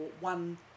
one